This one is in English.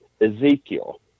Ezekiel